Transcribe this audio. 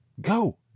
Go